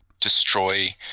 destroy